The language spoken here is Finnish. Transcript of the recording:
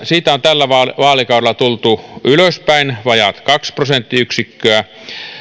siitä on tällä vaalikaudella tultu ylöspäin vajaat kaksi prosenttiyksikköä